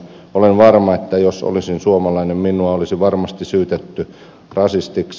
olen varma että jos olisin suomalainen minua olisi varmasti syytetty rasistiksi